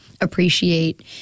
appreciate